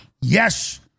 Yes